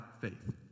faith